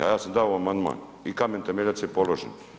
A ja sam dao amandman i kamen temeljac je položen.